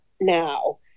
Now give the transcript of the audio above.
now